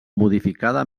modificada